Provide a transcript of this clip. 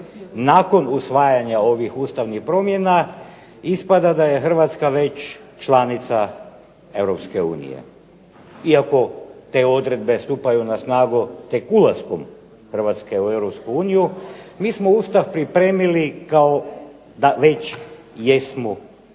nakon usvajanja ovih ustavnih promjena, ispada da je Hrvatska već članica Europske unije, iako te odredbe stupaju na snagu tek ulaskom Hrvatske u Europsku uniju. Mi smo Ustav pripremi kao da jedno već članica.